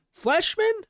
Fleshman